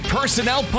Personnel